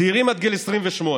צעירים עד גיל 28,